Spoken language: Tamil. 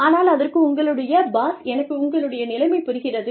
ஆனால் அதற்கு உங்களுடைய பாஸ் 'எனக்கு உங்களுடைய நிலைமை புரிகிறது